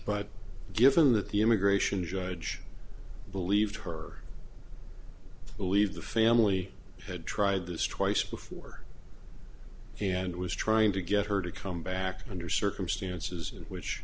but given that the immigration judge believed her believe the family had tried this twice before and was trying to get her to come back under